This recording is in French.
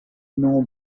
non